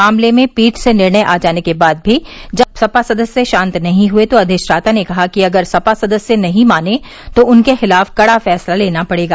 मामले में पीठ से निर्णय आ जाने के बाद भी जब सपा सदस्य शान्त नहीं हुये तो अधिष्ठाता ने कहा कि अगर सपा सदस्य नहीं माने तो उनके खिलाफ कड़ा फैसला लेना पड़ेगा